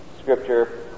Scripture